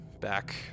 back